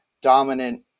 dominant